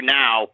now